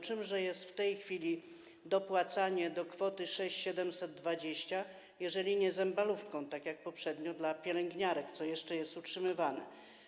Czymże jest w tej chwili dopłacanie do kwoty 6720 zł, jeżeli nie zembalówką, tak jak poprzednio dla pielęgniarek, co jeszcze jest utrzymywane.